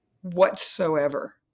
whatsoever